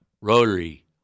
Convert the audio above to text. Rotary